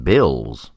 Bills